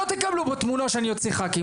לא תקבלו פה תמונה שאני אוציא ח"כים,